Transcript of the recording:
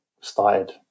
started